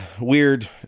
weird